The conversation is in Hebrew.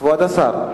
כבוד השר.